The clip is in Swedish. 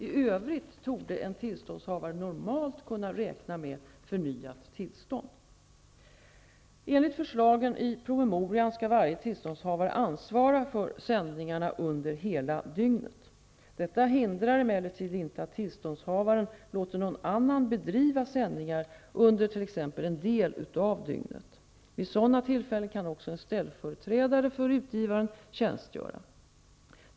I övrigt torde en tillståndshavare normalt kunna räkna med förnyat tillstånd. Enligt förslagen i promemorian skall varje tillståndshavare ansvara för sändningarna under hela dygnet. Detta hindrar emellertid inte att tillståndshavaren låter någon annan bedriva sändningar under t.ex. en del av dygnet. Vid sådana tillfällen kan också en ställföreträdare för utgivaren tjänstgöra.